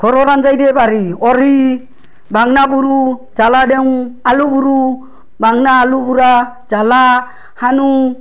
ঘৰৰ আঞ্জাই দিয়ে পাৰি উৰহি বাংনা পুৰোঁ জ্বলা দেউং আলু পুৰোঁ বাংনা আলু পোৰা জ্বলা সানোঁ